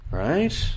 right